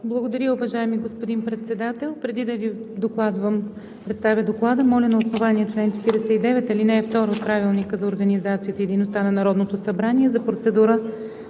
Благодаря, уважаеми господин Председател. Преди да Ви представя Доклада, моля на основание чл. 49, ал. 2 от Правилника за организацията и дейността на Народното събрание за процедура